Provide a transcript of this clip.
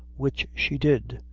which she did.